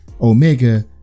Omega